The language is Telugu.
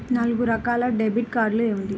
నాలుగు రకాల డెబిట్ కార్డులు ఏమిటి?